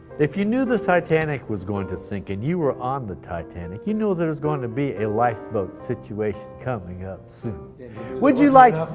if you knew the titanic was going to sink and you were on the titanic, you there's going to be a lifeboat situation coming up soon would you like